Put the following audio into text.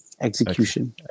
execution